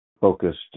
focused